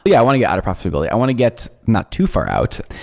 yeah i want to get out of profitability. i want to get not too far out.